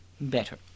better